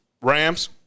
Rams